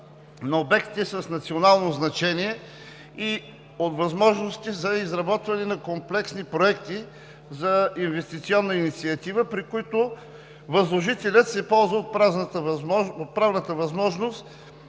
на обектите с национално значение и от възможности за изработване на комплексни проекти за инвестиционна инициатива, при които възложителят се ползва от правната възможност